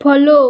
follow